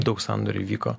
daug sandorių įvyko